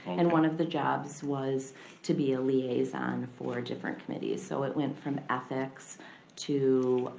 and one of the jobs was to be a liaison for different committees. so it went from ethics to